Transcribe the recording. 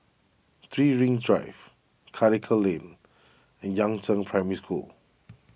three Rings Drive Karikal Lane and Yangzheng Primary School